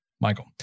Michael